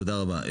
תודה רבה.